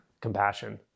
compassion